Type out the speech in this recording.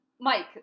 Mike